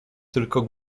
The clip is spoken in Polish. tylko